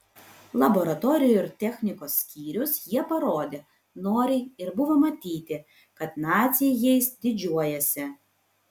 laboratorijų ir technikos skyrius jie parodė noriai ir buvo matyti kad naciai jais didžiuojasi